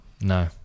No